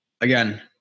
again